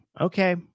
okay